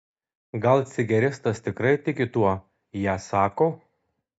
gal zigeristas tikrai tiki tuo ją sako